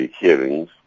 hearings